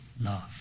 love